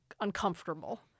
uncomfortable